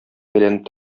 әйләнеп